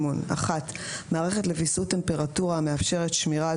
מערכת לוויסות טמפרטורה המאפשרת שמירה על